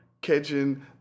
kitchen